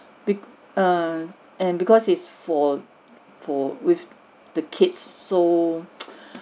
bec~ err and because it's for for with the kids so